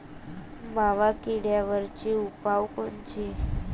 मावा किडीवरचे उपाव कोनचे?